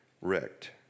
wrecked